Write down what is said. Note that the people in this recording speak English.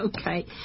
Okay